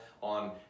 on